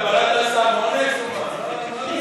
אתה בלעת סם אונס או מה?